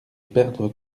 perdre